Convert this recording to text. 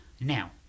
Now